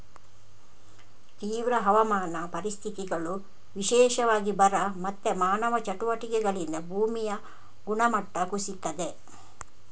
ತೀವ್ರ ಹವಾಮಾನ ಪರಿಸ್ಥಿತಿಗಳು, ವಿಶೇಷವಾಗಿ ಬರ ಮತ್ತೆ ಮಾನವ ಚಟುವಟಿಕೆಗಳಿಂದ ಭೂಮಿಯ ಗುಣಮಟ್ಟ ಕುಸೀತದೆ